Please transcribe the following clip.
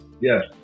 Yes